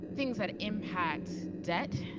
things that impact debt,